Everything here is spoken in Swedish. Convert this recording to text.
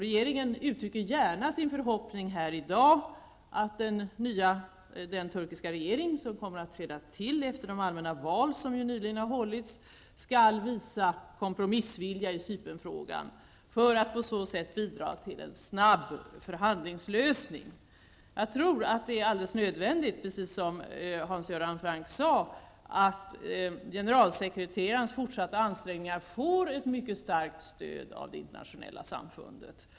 Regeringen uttrycker här i dag gärna sin förhoppning att den turkiska regering som kommer att tillträda efter de allmänna val som ju nyligen har hållits skall visa kompromissvilja i Cypernfrågan, för att på så sätt bidra till en snabb förhandlingslösning. Jag tror att det är alldeles nödvändigt, precis som Hans Göran Franck sade, att generalsekreterarens fortsatta ansträngningar får ett mycket starkt stöd av det internationella samfundet.